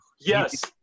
Yes